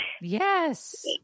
Yes